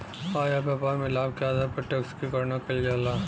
आय या व्यापार में लाभ के आधार पर टैक्स क गणना कइल जाला